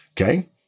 okay